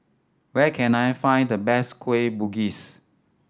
where can I find the best Kueh Bugis